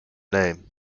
name